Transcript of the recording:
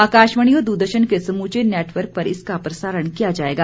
आकाशवाणी और दूरदर्शन के समूचे नेटवर्क पर इसका प्रसारण किया जाएगा